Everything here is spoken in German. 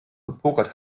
gepokert